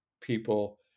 people